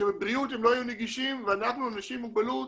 שבבריאות הם לא יהיו נגישים ואנחנו האנשים עם מוגבלות,